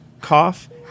cough